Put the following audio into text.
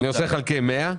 אני עושה חלקי 100,